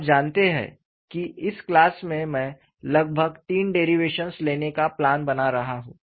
आप जानते हैं कि इस क्लास में मैं लगभग तीन डेरिवेशंस लेने का प्लान बना रहा हूँ